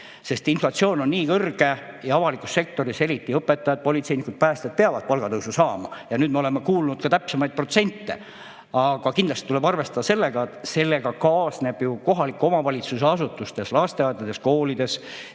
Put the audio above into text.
sest inflatsioon on nii kõrge ja avalikus sektoris eriti õpetajad, politseinikud ja päästjad peavad palgatõusu saama. Nüüd me oleme kuulnud ka täpsemaid protsente. Aga kindlasti tuleb arvestada, et sellega kaasneb ju kohaliku omavalitsuse asutustes – lasteaedades, koolides